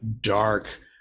dark